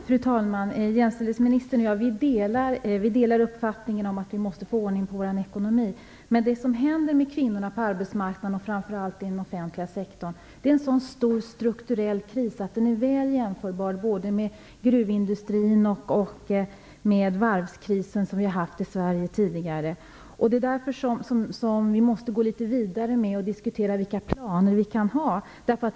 Fru talman! Jämställdhetsministern och jag delar uppfattningen att vi måste få ordning på vår ekonomi. Det som händer med kvinnorna på arbetsmarknaden och framför allt inom den offentliga sektorn är en så stor strukturell kris att den är väl jämförbar både med vad som hänt inom gruvindustrin och med den varvskris som vi haft i Sverige tidigare. Det är därför vi måste gå vidare och diskutera vilka planer vi kan ha.